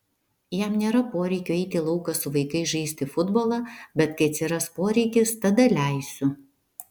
jam nėra poreikio eiti į lauką su vaikais žaisti futbolą bet kai atsiras poreikis tada leisiu